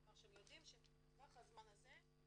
שהם יודעים שטווח הזמן הזה,